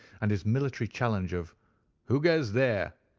and his military challenge of who goes there?